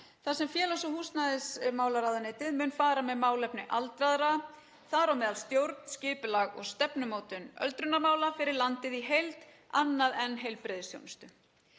þar sem félags- og húsnæðismálaráðuneyti mun fara með málefni aldraðra, þar á meðal stjórn, skipulag og stefnumótun öldrunarmála fyrir landið í heild, annað en heilbrigðisþjónustu.